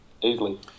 easily